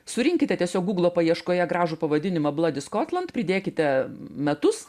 surinkite tiesiog gūglo paieškoje gražų pavadinimą bloody scotland pridėkite metus